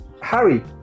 Harry